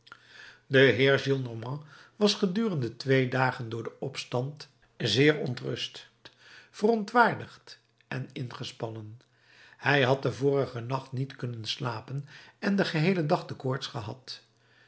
de heer gillenormand was gedurende twee dagen door den opstand zeer ontrust verontwaardigd en ingespannen hij had den vorigen nacht niet kunnen slapen en den geheelen dag de koorts gehad